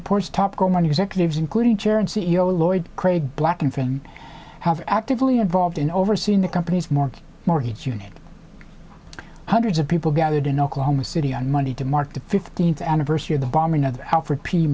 reports top gold money executives including chairman c e o lloyd craig black and friend have actively involved in overseeing the company's more mortgage unit hundreds of people gathered in oklahoma city on monday to mark the fifteenth anniversary of the bombing of the alfred p